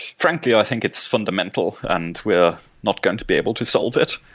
frankly, i think it's fundamental and we're not going to be able to solve it.